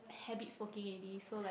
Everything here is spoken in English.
habit smoking already so it's like